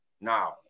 Now